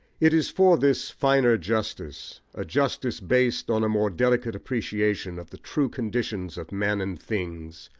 it is for this finer justice, a justice based on a more delicate appreciation of the true conditions of men and things,